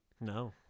no